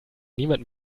niemand